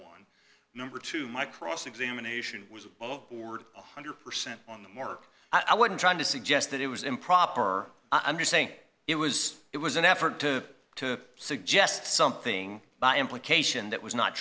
one number two my cross examination was all of board one hundred percent on the mark i wouldn't try to suggest that it was improper or i'm just saying it was it was an effort to to suggest something by implication that was not